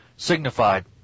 signified